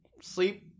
sleep